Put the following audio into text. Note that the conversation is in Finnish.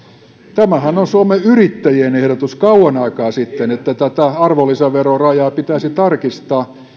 tämähän on suomen yrittäjien ehdotus kauan aikaa sitten että tätä arvonlisäverorajaa pitäisi tarkistaa